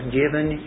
given